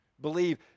Believe